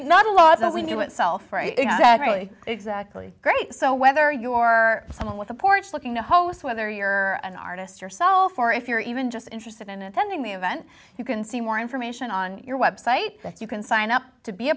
right not a lot that we do itself right exactly exactly great so whether you're someone with a porch looking to host whether you're an artist yourself or if you're even just interested in attending the event you can see more information on your website that you can sign up to be a